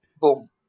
boom